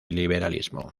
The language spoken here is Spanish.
liberalismo